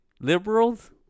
liberals